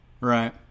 right